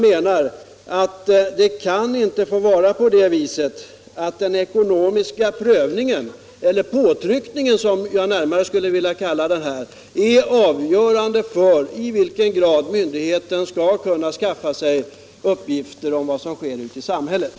Det kan inte få vara så att den ekonomiska prövningen eller påtryckningen, som jag närmast skulle vilja kalla det, är avgörande för i vilken grad myndigheten skall kunna skaffa sig uppgifter om vad som sker ute i samhället.